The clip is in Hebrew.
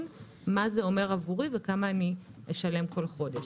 מה זה אומר עבורי וכמה אשלם כל חודש.